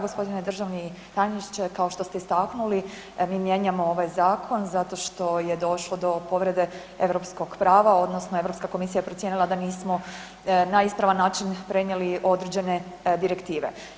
G. državni tajniče, kao što ste istaknuli, mijenjamo ovaj zakon zato što je došlo do povrede europskog prava odnosno Europska komisija je procijenila da nismo na ispravan način prenijeli određene direktive.